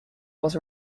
was